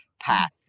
path